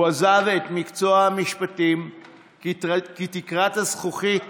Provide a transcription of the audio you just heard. הוא עזב את מקצוע המשפטים כי תקרת הזכוכית